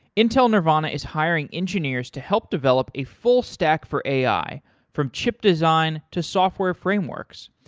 intel nervana is hiring engineers to help develop a full stack for ai from chip design to software frameworks.